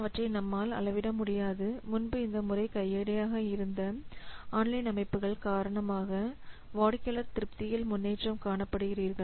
அவற்றை நம்மால் அளவிட முடியாது முன்பு இந்த முறை கையேடாக இருந்த ஆன்லைன் அமைப்புகள் காரணமாக வாடிக்கையாளர் திருப்தியில் முன்னேற்றம் காணப்படுகிறீர்கள்